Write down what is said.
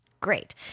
Great